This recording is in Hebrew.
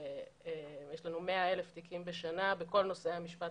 יש לנו 100,000 תיקים בשנה בכל נושא המשפט